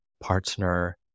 partner